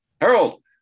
harold